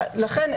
לכן,